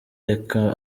reka